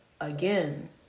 again